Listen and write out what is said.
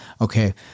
Okay